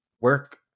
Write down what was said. work